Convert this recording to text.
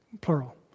Plural